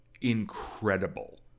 incredible